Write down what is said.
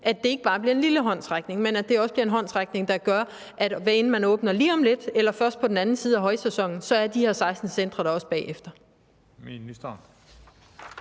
at det ikke bare bliver en lille håndsrækning, men at det også bliver en håndsrækning, der gør, at hvad enten man åbner lige om lidt eller først på den anden side af højsæsonen, så er de her 16 centre der også bagefter.